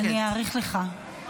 אני אאריך לך.